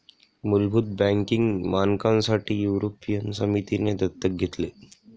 मुलभूत बँकिंग मानकांसाठी युरोपियन समितीने दत्तक घेतले